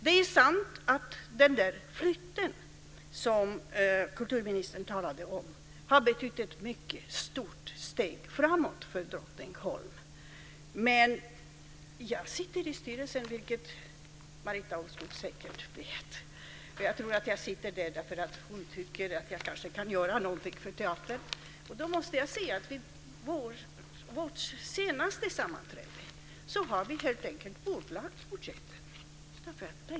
Det är sant att den där flytten som kulturministern talade om har betytt ett mycket stort steg framåt för Drottningholm, men jag sitter i styrelsen, vilket Marita Ulvskog säkert vet, och jag tror att jag sitter där därför att hon tycker att jag kanske kan göra någonting för teatern, och då måste jag säga att vid vårt senaste sammanträde har vi helt enkelt bordlagt budgeten därför att pengarna inte räcker till.